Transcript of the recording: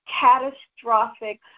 catastrophic